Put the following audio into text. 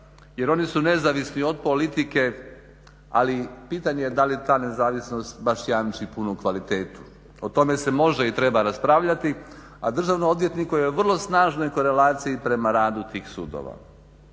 jer oni su nezavisni od politike ali pitanje da li ta nezavisnost baš jamči punu kvalitetu. O tome se može i treba raspravljati a državnom odvjetniku je vrlo snažne korelacije i prema radu tih sudova.